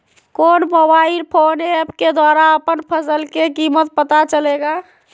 कौन mobile phone app के द्वारा अपन फसल के कीमत पता चलेगा?